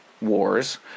wars